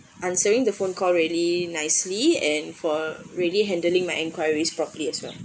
answering the phone call really nicely and for really handling my inquiries properly as well